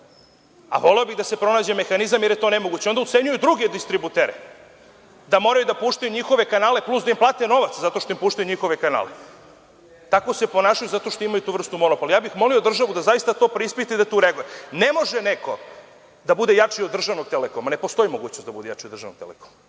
a voleo bih da se pronađe mehanizam jer je to nemoguće. Onda ucenjuju druge distributere da moraju da puštaju njihove kanale, plus da im plate novac zato što im puštaju njihove kanale. Tako se ponašaju zato što imaju tu vrstu monopola. Ja bih molio državu da zaista to preispita i da tu reaguje. Ne može neko da bude jači od državnog „Telekoma“. Ne postoji mogućnost da bude jači od državnog „Telekoma“.